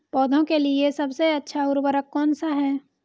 पौधों के लिए सबसे अच्छा उर्वरक कौन सा है?